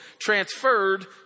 transferred